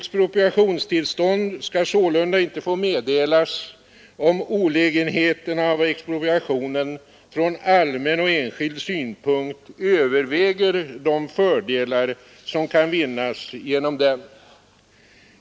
Expropriationstillstånd skall sålunda inte få meddelas om olägenheterna av expropriationen från allmän och enskild synpunkt överväger de fördelar som kan vinnas genom den.